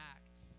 Acts